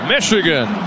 Michigan